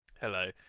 Hello